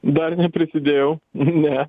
dar neprisidėjau ne